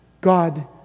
God